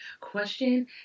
Question